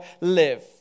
live